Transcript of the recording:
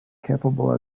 capable